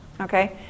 Okay